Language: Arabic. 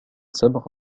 سبق